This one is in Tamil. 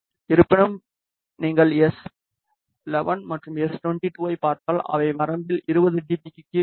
இருப்பினும் நீங்கள் எஸ்11 மற்றும் எஸ்22 ஐப் பார்த்தால் அவை வரம்பில் 20 டி பி க்குக் கீழே இருக்கும்